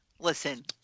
Listen